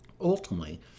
Ultimately